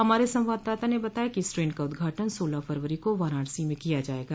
हमारे संवाददाता ने बताया कि इस ट्रेन का उद्घाटन सोलह फरवरी को वाराणसी में किया जायेगा